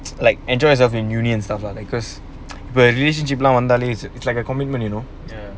like enjoy yourself in uni and stuff lah like cause the relationship long delays it's like a commitment you know